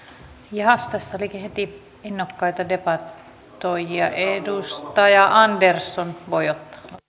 jahas tässä olikin heti innokkaita debatoijia edustaja andersson voi